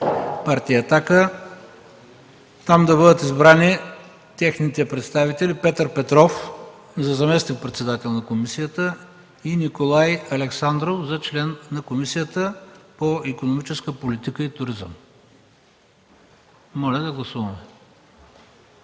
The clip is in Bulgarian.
Партия „Атака” да бъдат избрани техните представители Петър Петров – за заместник-председател на комисията, и Николай Александров – за член на Комисията по икономическа политика и туризъм. Моля да гласуваме.